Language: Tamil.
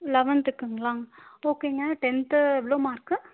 லெவன்த்துக்குங்களா ஓகேங்க டென்த்து எவ்வளோ மார்க்கு